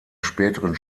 späteren